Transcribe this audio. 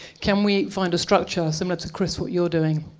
can we find a structure, similar to chris, what you're doing,